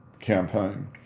campaign